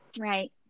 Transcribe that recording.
Right